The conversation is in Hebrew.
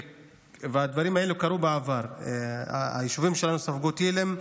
הדברים האלה קרו בעבר, היישובים שלנו ספגו טילים,